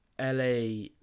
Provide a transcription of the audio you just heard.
LA